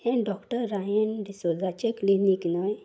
हें doctor Ryan डिसोदाचे clinic न्हय